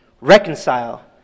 reconcile